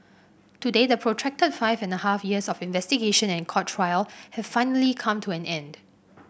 today the protracted five and a half years of investigation and court trial have finally come to an end